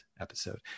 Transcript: episode